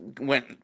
went